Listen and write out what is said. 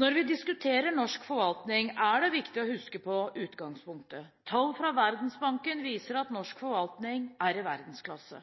Når vi diskuterer norsk forvaltning, er det viktig å huske på utgangspunktet. Tall fra Verdensbanken viser at norsk forvaltning er i verdensklasse.